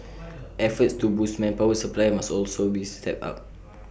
efforts to boost manpower supply must also be stepped up